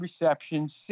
receptions